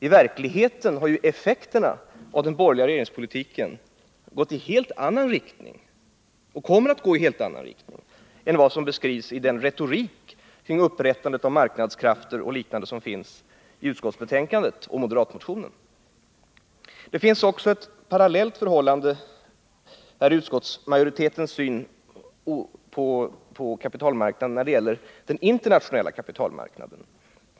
I verkligheten har effekterna av den borgerliga regeringens politik gått i helt annan riktning och kommer att gå i helt annan riktning än vad som beskrivs i det retoriska resonemang kring upprättandet av marknadskrafter och liknande som förs i utskottsbetänkandet och moderatmotionen. Det finns en parallell, nämligen utskottsmajoritetens syn på den internationella kapitalmarknaden.